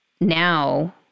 now